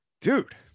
dude